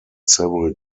several